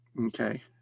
Okay